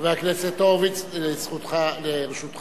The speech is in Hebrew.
חבר הכנסת הורוביץ, לרשותך